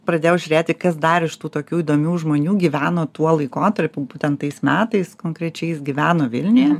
pradėjau žiūrėti kas dar iš tų tokių įdomių žmonių gyveno tuo laikotarpiu būtent tais metais konkrečiai jis gyveno vilniuje